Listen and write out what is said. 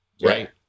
Right